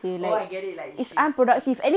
oh I get it like she's